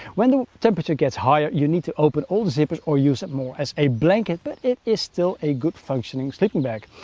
when the temperature gets higher you need to open all the zippers or use it more as a blanket. but it is still a good functioning sleeping bag.